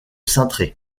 cintré